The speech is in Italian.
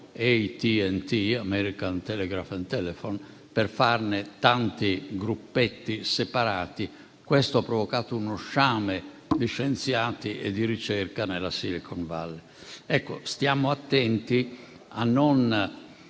American Telephone and Telegraph (AT&T) per farne tanti gruppetti separati. Questo ha provocato uno sciame di scienziati e di ricerca nella Silicon Valley. Stiamo attenti a non